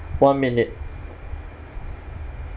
one minute